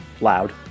loud